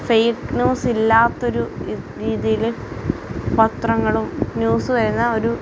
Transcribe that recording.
fake news ഇല്ലാത്ത ഒരു രീതിയില് പത്രങ്ങളും ന്യൂസും എല്ലാം ഒരു